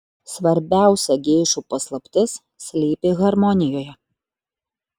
svarbiausia geišų paslaptis slypi harmonijoje